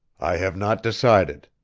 i have not decided.